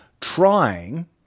trying